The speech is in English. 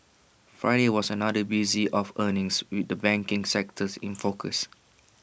Friday was another busy day of earnings with the banking sectors in focus